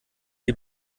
die